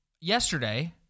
Yesterday